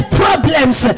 problems